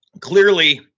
Clearly